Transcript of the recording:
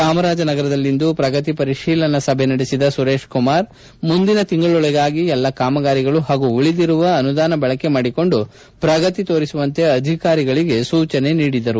ಚಾಮರಾಜನಗರದಲ್ಲಿಂದು ಪ್ರಗತಿ ಪರಿತೀಲನಾ ಸಭೆ ನಡೆಸಿದ ಸುರೇಶ್ ಕುಮಾರ್ ಮುಂದಿನ ತಿಂಗಳೊಳಗಾಗಿ ಎಲ್ಲಾ ಕಾಮಗಾರಿಗಳು ಹಾಗೂ ಉಳಿದಿರುವ ಅನುದಾನ ಬಳಕೆ ಮಾಡಿಕೊಂಡು ಪ್ರಗತಿ ತೋರಿಸುವಂತೆ ಅಧಿಕಾರಿಗಳಿಗೆ ಸೂಚನೆ ನೀಡಿದರು